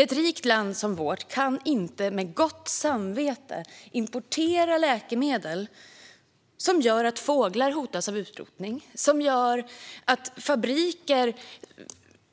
Ett rikt land som vårt kan inte med gott samvete importera läkemedel som gör att fåglar hotas av utrotning, som gör att fabriker